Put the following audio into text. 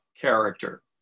character